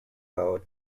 out